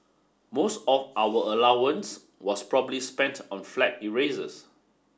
most of our allowance was probably spent on flag erasers